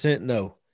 no